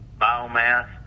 biomass